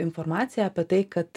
informaciją apie tai kad